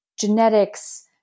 genetics